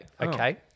Okay